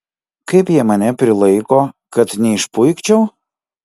kaip jie mane prilaiko kad neišpuikčiau